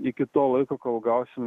iki to laiko kol gausim